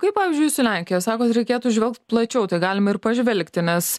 kaip pavyzdžiui su lenkija sakot reikėtų žvelgt plačiau tai galime ir pažvelgti nes